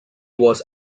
was